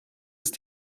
ist